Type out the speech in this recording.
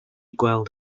gweld